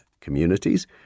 communities